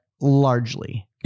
largely